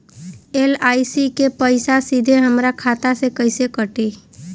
LIC के पईसा सीधे हमरा खाता से कइसे कटी?